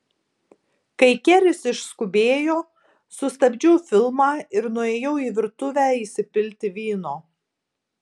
kai keris išskubėjo sustabdžiau filmą ir nuėjau į virtuvę įsipilti vyno